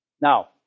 Now